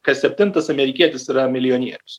kas septintas amerikietis yra milijonierius